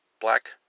Black